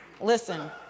Listen